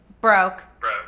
Broke